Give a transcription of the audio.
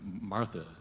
Martha